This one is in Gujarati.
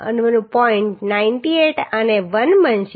98 અને 1 બનશે